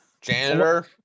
Janitor